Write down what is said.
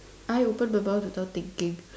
eye open but I am not thinking